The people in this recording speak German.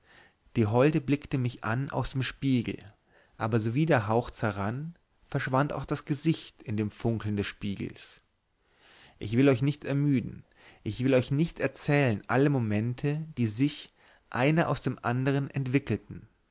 die holde blickte mich an aus dem spiegel aber sowie der hauch zerrann verschwand das gesicht in dem funkeln des spiegels ich will euch nicht ermüden ich will euch nicht herzählen alle momente die sich einer aus dem andern entwickelten